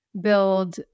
build